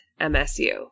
MSU